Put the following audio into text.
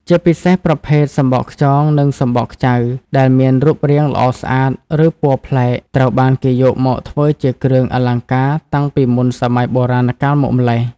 ជាពិសេសប្រភេទសំបកខ្យង និងសំបកខ្ចៅដែលមានរូបរាងល្អស្អាត ឬពណ៌ប្លែក ត្រូវបានគេយកមកធ្វើជាគ្រឿងអលង្ការតាំងពីមុនសម័យបុរាណកាលមកម្ល៉េះ។